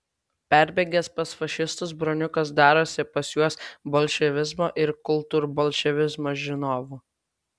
perbėgęs pas fašistus broniukas darosi pas juos bolševizmo ir kultūrbolševizmo žinovu